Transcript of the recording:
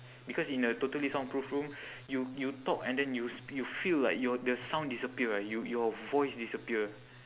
because in a totally soundproof room you you talk and then you s~ you feel like your the sound disappear y~ your voice disappear